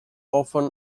often